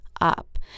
up